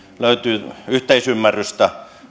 löytyy yhteisymmärrystä